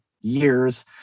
years